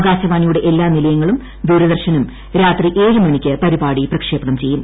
ആകാശവാണിയുടെ എല്ലാ നിലയങ്ങളും ദൂരദർശനും രാത്രി ഏഴ് മണിക്ക് പരിപാടി പ്രക്ഷേപണം ചെയ്യും